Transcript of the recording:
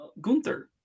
Gunther